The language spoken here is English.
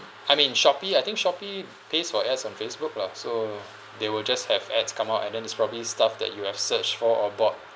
I mean Shopee I think Shopee pays for ads on Facebook lah so they will just have ads come out and then it's probably stuff that you have searched for or bought